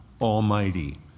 almighty